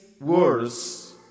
words